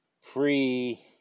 free